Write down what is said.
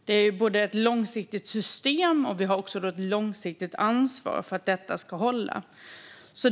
Det är ett långsiktigt system, och vi har ett långsiktigt ansvar för att det ska hålla.